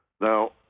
now